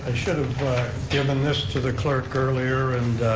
i should have given this to the clerk earlier and